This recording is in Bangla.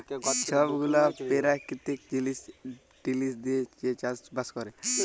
ছব গুলা পেরাকিতিক জিলিস টিলিস দিঁয়ে যে চাষ বাস ক্যরে